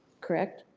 correct?